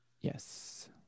yes